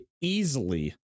easily